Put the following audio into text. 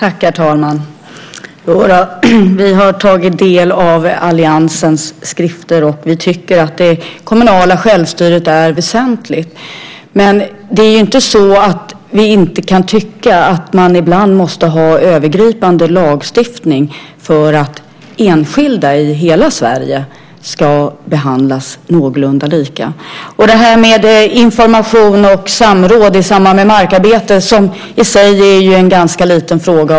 Herr talman! Vi har tagit del av alliansens skrifter. Vi tycker att det kommunala självstyret är väsentligt. Men det är inte så att vi inte kan tycka att man ibland måste ha övergripande lagstiftning för att enskilda i hela Sverige ska behandlas någorlunda lika. Information och samråd i samband med markarbete är ju en ganska liten fråga.